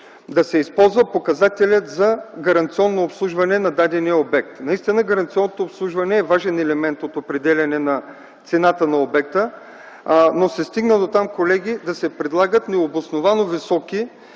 да се използва показателят за гаранционно обслужване на дадения обект. Наистина гаранционното обслужване е важен елемент от определяне на цената на обекта, но се стигна дотам, колеги, да се предлагат необосновано високи